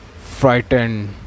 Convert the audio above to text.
Frightened